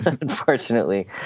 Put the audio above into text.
unfortunately